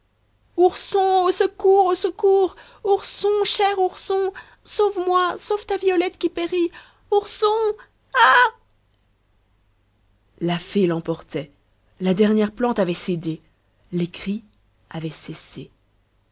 ourson au secours au secours ourson cher ourson sauve-moi sauve ta violette qui périt ourson ah la fée l'emportait la dernière plante avait cédé les cris avaient cessé